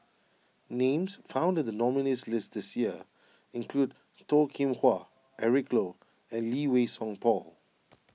names found in the nominees' list this year include Toh Kim Hwa Eric Low and Lee Wei Song Paul